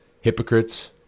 hypocrites